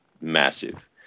massive